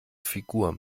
figur